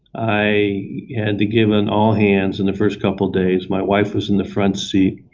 i had to give an all-hands in the first couple days. my wife was in the front seat.